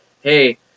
hey